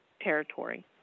territory